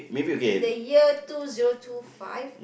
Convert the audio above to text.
in the year two zero two five